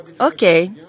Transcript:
Okay